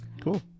Cool